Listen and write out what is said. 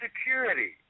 Security